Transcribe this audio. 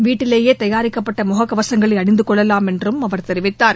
வீட்டிலேயே தயாரிக்கப்பட்ட முகக்கவசங்களை அணிந்து கொள்ளலாம் என்றும் அவர் தெரிவித்தார்